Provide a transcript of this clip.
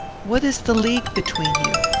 what is the league between you?